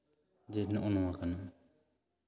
ᱡᱮ ᱱᱚᱜᱼᱚ ᱱᱚᱣᱟ ᱠᱟᱱᱟ